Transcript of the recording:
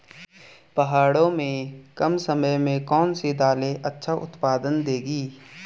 पहाड़ों में कम समय में कौन सी दालें अच्छा उत्पादन देंगी?